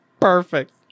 perfect